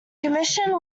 commission